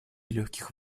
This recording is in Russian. легких